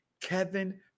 Kevin